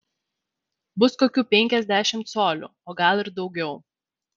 bus kokių penkiasdešimt colių o gal ir daugiau